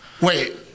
Wait